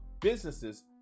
businesses